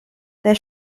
der